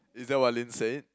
is that what Lin said